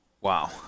wow